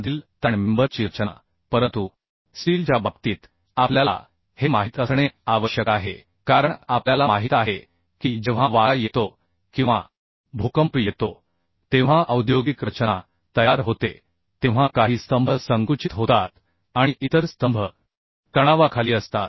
मधील ताण मेंबर ची रचना परंतु स्टीलच्या बाबतीत आपल्याला हे माहित असणे आवश्यक आहे कारण आपल्याला माहित आहे की जेव्हा वारा येतो किंवा भूकंप येतो तेव्हा औद्योगिक रचना तयार होते तेव्हा काही स्तंभ संकुचित होतात आणि इतर स्तंभ तणावाखाली असतात